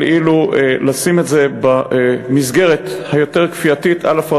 אבל לשים את זה במסגרת היותר-כפייתית, א.